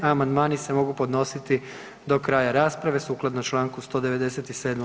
Amandmani se mogu podnositi do kraja rasprave sukladno čl. 197.